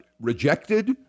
rejected